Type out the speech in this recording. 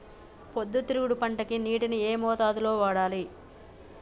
పొద్దుతిరుగుడు పంటకి నీటిని ఏ మోతాదు లో వాడాలి?